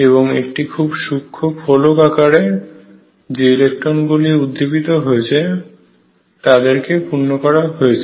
এবং একটি খুব সূক্ষ্ম খোলক আকারে যে ইলেকট্রন গুলি উদ্দীপিত হয়েছে তাদেরকে পূর্ণ করা হয়েছে